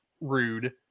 rude